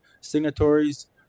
signatories